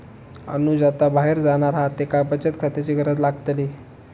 अनुज आता बाहेर जाणार हा त्येका बचत खात्याची गरज लागतली